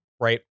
Right